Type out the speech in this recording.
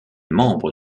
membre